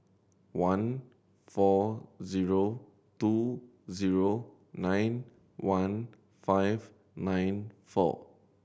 one four zero two zero nine one five nine four